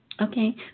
okay